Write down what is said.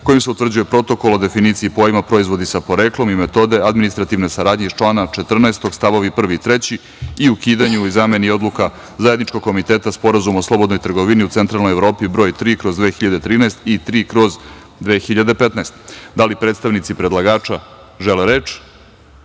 kojim se utvrđuje Protokol o definiciji pojma "proizvodi sa poreklom" i metode administrativne saradnje iz člana 14. stavovi 1. i 3. i ukidanju i zameni Odluka Zajedničkog komiteta Sporazuma o slobodnoj trgovini u Centralnoj Evropi br. 3/2013 i 3/2015.Da li predstavnici predlagača žele reč?